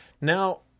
Now